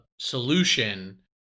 Solution